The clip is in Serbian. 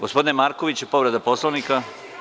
Gospodine Marković, povreda Poslovnika.